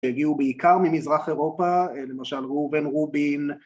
שהגיעו בעיקר ממזרח אירופה, למשל רובן רובין